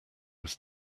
was